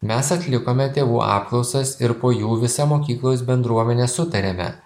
mes atlikome tėvų apklausas ir po jų visa mokyklos bendruomenė sutarėme